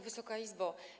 Wysoka Izbo!